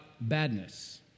badness